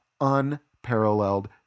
unparalleled